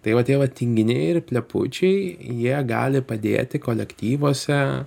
tai va tie va tinginiai ir plepučiai jie gali padėti kolektyvuose